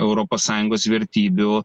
europos sąjungos vertybių